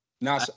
Now